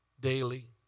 daily